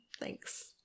Thanks